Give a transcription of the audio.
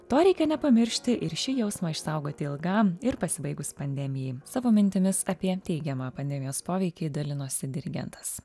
to reikia nepamiršti ir šį jausmą išsaugoti ilgam ir pasibaigus pandemijai savo mintimis apie teigiamą pandemijos poveikį dalinosi dirigentas